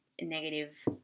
negative